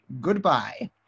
Goodbye